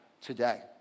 today